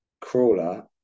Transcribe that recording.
crawler